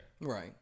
Right